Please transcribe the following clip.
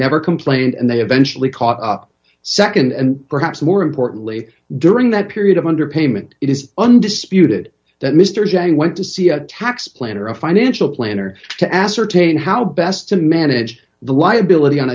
never complained and they eventually caught nd and perhaps more importantly during that period of underpayment it is undisputed that mr john went to see a tax plan or a financial planner to ascertain how best to manage the liability on